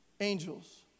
angels